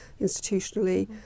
institutionally